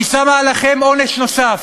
אני שמה עליכם עונש נוסף: